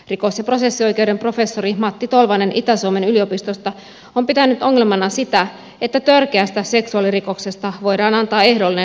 rikos ja prosessioikeuden professori matti tolvanen itä suomen yliopistosta on pitänyt ongelmana sitä että törkeästä seksuaalirikoksesta voidaan antaa ehdollinen vankeusrangaistus